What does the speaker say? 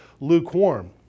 lukewarm